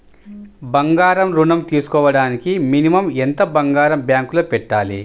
బంగారం ఋణం తీసుకోవడానికి మినిమం ఎంత బంగారం బ్యాంకులో పెట్టాలి?